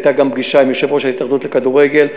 הייתה גם פגישה עם יושב-ראש ההתאחדות לכדורגל.